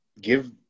give